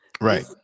Right